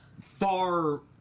far